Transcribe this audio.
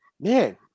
Man